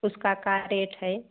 उसका क्या रेट है